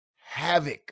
havoc